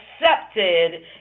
accepted